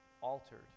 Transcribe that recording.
altered